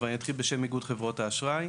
אבל אתחיל בשם איגוד חברות האשראי.